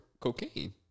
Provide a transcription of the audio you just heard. cocaine